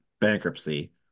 bankruptcy